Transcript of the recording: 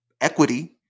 equity